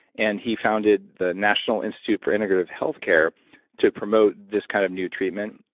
and he founded the national institute for integrative healthcare to promote this kind of new treatment.